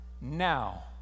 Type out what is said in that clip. now